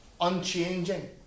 unchanging